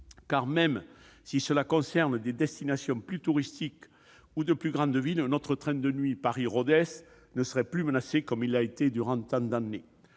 sans doute à des destinations plus touristiques ou à de plus grandes villes, notre train de nuit Paris-Rodez ne serait plus menacé comme il l'a été durant tant d'années.